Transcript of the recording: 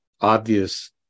obvious